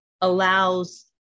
allows